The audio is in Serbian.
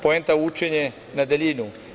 Poenta je učenja na daljinu.